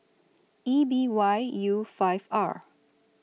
E B Y U five R